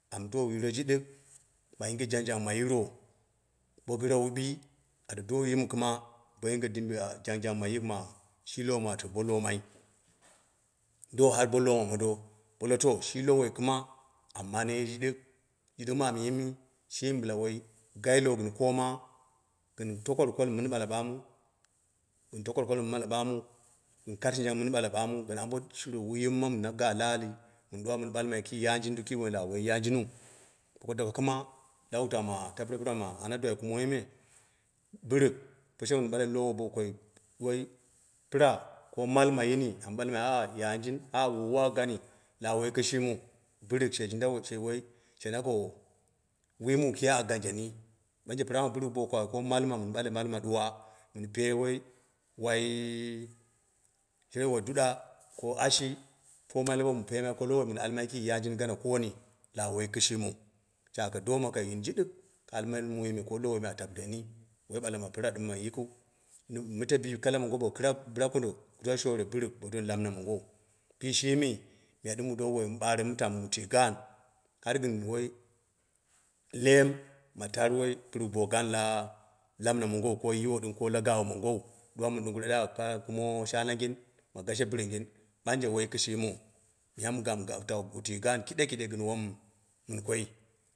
Amu do yiro jiɗɨk ma yi nge jangjang ma yiro, bo gɨre wubi, ata do yimu kɨm abo yinge dibiyik, jangjang ma yik mash lowo mu ata bo loyo mani di har bo loyo mondo bo loto to shi lowoi kɨma amu mani yini jiɗɨk, jiɗɨk mu ama yini shimi wai gai lowo gɨn koom, gɨn tokurkol mi mɨn ɓda ɓamu, gɨn to korkol mɨ mɨn ɓala ɓaamu gɨn ambo wom ana yima shiwiiya mina ga la'ali mi ɗuwa mɨn ɓalmai ki yanjin, lawa woi yanjim bo ko duko kɨma, ɓala ma ma tapire ma ana ɗwadwai kumoi me bɨrɨk poshe wun ɓal lowoa koyi pir- ma yini mɨn ɓale a yanjin a na wuwu a gani to woi kishimin bɨrɨk she jindwoi, she nako wui mu kii a ganjeni, ɓanje bo pira bɨrɨk a koi mu ko malma, mɨn ɓale malma ɗuwa. gɨn pee woi woi yauwa duɗa, ko ashi mɨn peemai ko lowo mɨn ɓale ma pira ɗɨm ma yikiu. Kara ɓala ma mite bi kala mongo, bo kɨrap bɨra kondo duwa shore bɨrɨk ba doni lamɨm mongo u bishimi bo miya wu dowu wai mɨ ɓane mu mu tama gaan, har gɨn woi leem ma tar bɨrɨk bo gaani la mina mongou. Ko yin o ko ɗɨm l gaawi mongo. Du wa mɨn ɗungire kara kuma shaananggin da gashi bɨr ngin ɓangji woi kishimiu miye mɨ gama ma tui gaan kėɗe ki ɗe gin wom min ko